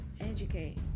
educate